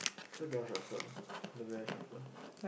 so shuffle the shuffle